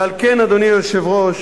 ועל כן, אדוני היושב-ראש,